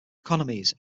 economies